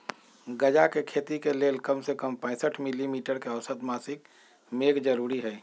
गजा के खेती के लेल कम से कम पैंसठ मिली मीटर के औसत मासिक मेघ जरूरी हई